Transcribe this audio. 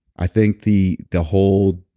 i think the the whole,